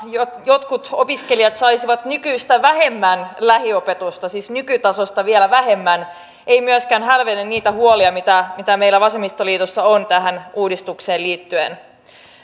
jotkut opiskelijat saisivat nykyistä vähemmän lähiopetusta siis nykytasosta vielä vähemmän ei myöskään hälvennä niitä huolia mitä mitä meillä vasemmistoliitossa on tähän uudistukseen liittyen